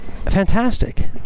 fantastic